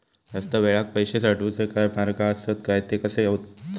जास्त वेळाक पैशे साठवूचे काय मार्ग आसत काय ते कसे हत?